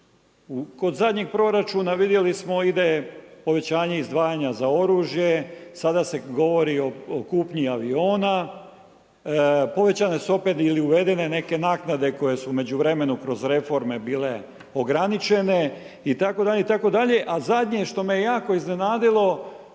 Kod zadnjeg proračuna vidjeli smo ide povećanje izdvajanja za oružje. Sada se govori o kupnji aviona, povećane su opet ili uvedene neke naknade koje su u međuvremenu kroz reforme bile ograničene itd. itd. Ali zadnje što me je jako iznenadilo,